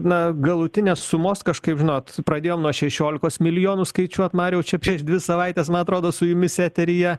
na galutinės sumos kažkaip žinot pradėjom nuo šešiolikos milijonų skaičiuot mariau čia prieš dvi savaites man atrodo su jumis eteryje